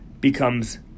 becomes